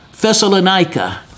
Thessalonica